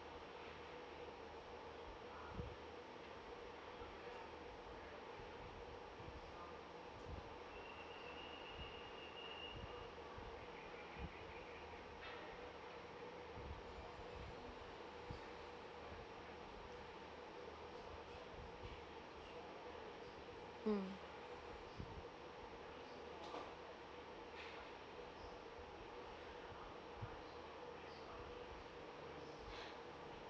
mm